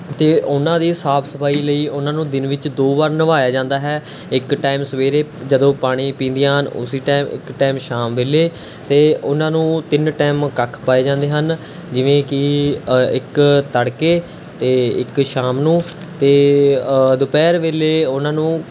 ਅਤੇ ਉਹਨਾਂ ਦੀ ਸਾਫ਼ ਸਫ਼ਾਈ ਲਈ ਉਨ੍ਹਾਂ ਨੂੰ ਦਿਨ ਵਿੱਚ ਦੋ ਵਾਰ ਨਵਾਇਆ ਜਾਂਦਾ ਹੈ ਇੱਕ ਟਾਈਮ ਸਵੇਰੇ ਜਦੋਂ ਪਾਣੀ ਪੀਦੀਆਂ ਹਨ ਉਸੀ ਟਾਈਮ ਇੱਕ ਟਾਈਮ ਸ਼ਾਮ ਵੇਲ਼ੇ ਅਤੇ ਉਹਨਾਂ ਨੂੰ ਤਿੰਨ ਟਾਈਮ ਕੱਖ ਪਾਏ ਜਾਂਦੇ ਹਨ ਜਿਵੇਂ ਕਿ ਇੱਕ ਤੜਕੇ ਅਤੇ ਇੱਕ ਸ਼ਾਮ ਨੂੰ ਅਤੇ ਦੁਪਹਿਰ ਵੇਲੇ ਉਹਨਾਂ ਨੂੰ